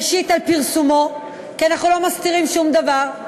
ראשית, על פרסומו, כי אנחנו לא מסתירים שום דבר,